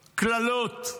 קללות.